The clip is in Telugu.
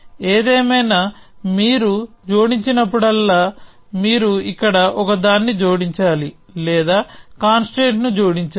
ఏదేమైనా మీరు దీనిని జోడించినప్పుడల్లా మీరు ఇక్కడ ఒకదాన్ని జోడించాలి లేదా కన్స్ట్రెయింట్ ని జోడించాలి